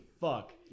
fuck